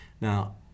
Now